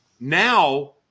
Now